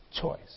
choice